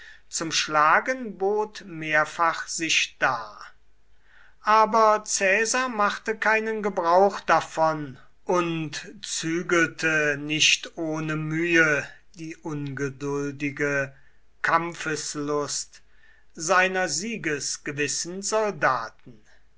zum schlagen bot mehrfach sich dar aber caesar machte keinen gebrauch davon und zügelte nicht ohne mühe die ungeduldige kampfeslust seiner siegesgewissen soldaten